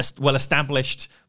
well-established